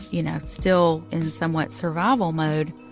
you know, still in somewhat survival mode,